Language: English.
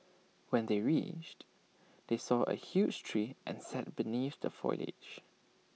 when they reached they saw A huge tree and sat beneath the foliage